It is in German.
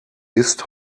ist